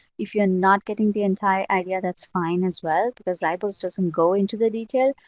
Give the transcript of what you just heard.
if you're not getting the entire idea, that's fine as well because zybooks doesn't go into the detail.